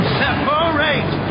separate